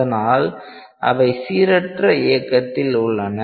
அதனால் அவை சீரற்ற இயக்கத்தில் உள்ளன